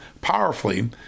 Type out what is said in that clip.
powerfully